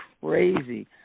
crazy